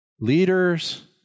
leaders